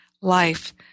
life